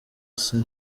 ste